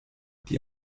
die